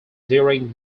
during